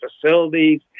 facilities